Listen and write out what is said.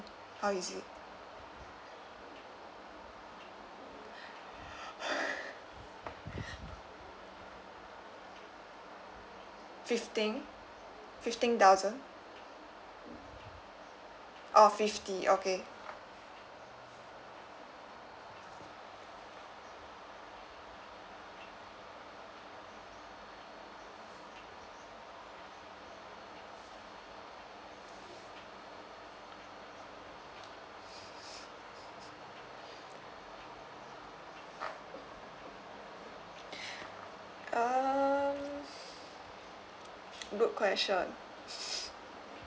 how is it fifteen fifteen thousand oh fifty okay um good question